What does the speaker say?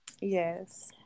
Yes